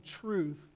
truth